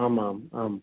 आम् आम् आम्